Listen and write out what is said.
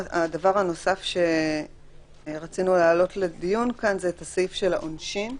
הדבר הנוסף שרצינו להעלות לדיון כאן זה את הסעיף של העונשין,